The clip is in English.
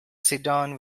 sedan